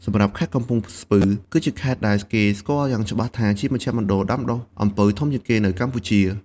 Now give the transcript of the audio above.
សម្រាប់ខេត្តកំពង់ស្ពឺ គឺជាខេត្តដែលគេស្គាល់យ៉ាងច្បាស់ថាជាមជ្ឈមណ្ឌលដាំដុះអំពៅធំជាងគេនៅកម្ពុជា។